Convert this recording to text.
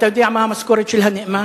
אתה יודע מה המשכורת של הנאמן,